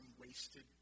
wasted